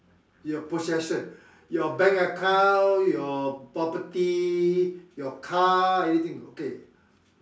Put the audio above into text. your possession your bank account your property your car everything okay